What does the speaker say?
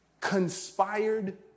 conspired